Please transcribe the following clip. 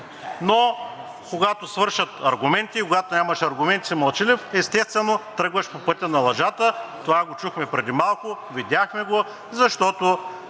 тях. Когато свършат аргументите и когато нямаш аргументи и си мълчалив, естествено тръгваш по пътя на лъжата. Това го чухме преди малко, видяхме го, защото